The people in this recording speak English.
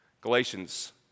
Galatians